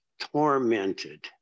tormented